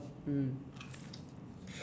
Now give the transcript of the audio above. mm